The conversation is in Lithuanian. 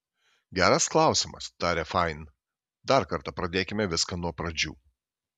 geras klausimas tarė fain dar kartą pradėkime viską nuo pradžių